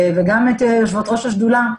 וגם את יושבות ראש השדולה,